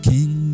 King